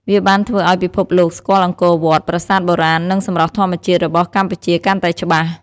វាបានធ្វើឲ្យពិភពលោកស្គាល់អង្គរវត្ត ប្រាសាទបុរាណ និងសម្រស់ធម្មជាតិរបស់កម្ពុជាកាន់តែច្បាស់។